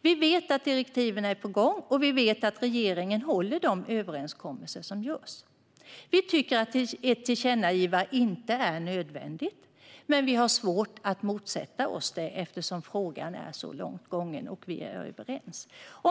Vi vet att direktiven är på gång, och vi vet att regeringen håller de överenskommelser som sluts. Vi tycker inte att ett tillkännagivande är nödvändigt, men vi har svårt att motsätta oss det eftersom frågan är så långt gången och vi är överens.